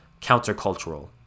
countercultural